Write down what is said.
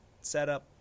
setup